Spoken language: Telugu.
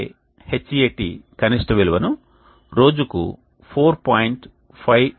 array Hat కనిష్ట విలువను రోజుకు 4